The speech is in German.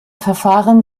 verfahren